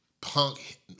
punk